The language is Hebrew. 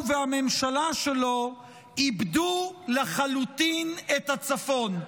והממשלה שלו איבדו לחלוטין את הצפון.